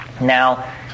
Now